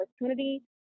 opportunity